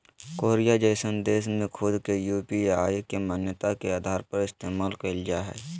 Korea जइसन देश में खुद के यू.पी.आई के मान्यता के आधार पर इस्तेमाल कईल जा हइ